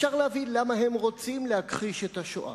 אפשר להבין למה הם רוצים להכחיש את השואה,